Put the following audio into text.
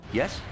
yes